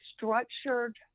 Structured